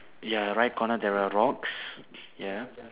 ya right corner there are rocks ya